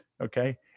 Okay